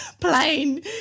plain